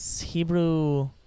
Hebrew